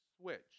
switch